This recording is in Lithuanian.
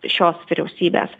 šios vyriausybės